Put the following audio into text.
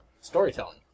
storytelling